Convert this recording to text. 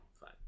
fine